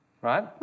right